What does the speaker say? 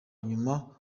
nyuma